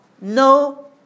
no